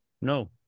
No